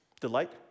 delight